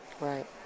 Right